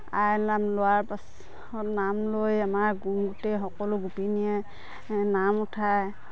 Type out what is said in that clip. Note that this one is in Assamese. আইৰ নাম লোৱাৰ পাছত নাম লৈ আমাৰ গোটেই সকলো গোপিনীয়ে নাম উঠায়